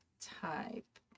type